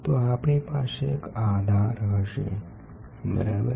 તો આપણી પાસે એક આધાર હશે બરાબર